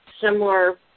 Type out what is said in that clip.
similar